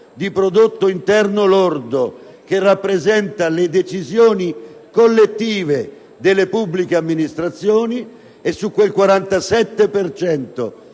di prodotto interno lordo che rappresenta le decisioni collettive delle pubbliche amministrazioni e su quel 47